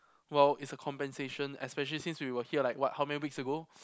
well it's a compensation especially since we were here like what how many weeks ago